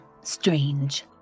strange